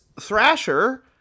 Thrasher